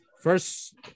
First